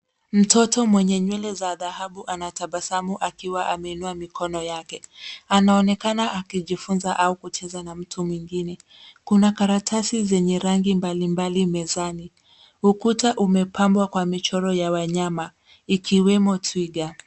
Mtoto mwenye nywele za dhahabu anatabasamu akiwa ameinua mikono yake. Anaonekana akijifunza au kucheza na mtu mwingine. Kuna karatasi zenye rangi mbalimbali mezani. Ukuta umepambwa kwa michoro ya wanyama, ikiwemo twiga.